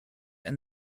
and